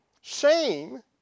Shame